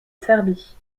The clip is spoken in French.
serbie